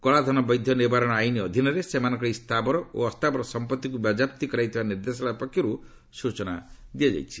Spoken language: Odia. କଳାଧନ ବୈଧ ନିବାରଣ ଆଇନ ଅଧୀନରେ ସେମାନଙ୍କର ଏହି ସ୍ଥାବର ଓ ଅସ୍ଥାବର ସମ୍ପତ୍ତିକୁ ବାଜ୍ୟାପ୍ତି କରାଯାଇଥିବା ନିର୍ଦ୍ଦେଶାଳୟ ପକ୍ଷରୁ ସ୍ଚଚନା ଦିଆଯାଇଛି